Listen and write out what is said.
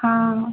हँ